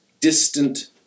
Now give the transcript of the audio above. distant